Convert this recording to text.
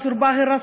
צור באהר,